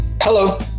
Hello